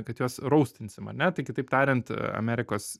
kad juos raustinsim ane tai kitaip tariant amerikos